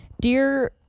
dear